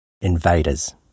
Invaders